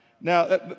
Now